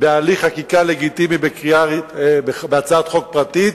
בהליך חקיקה בהצעת חוק פרטית,